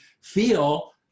feel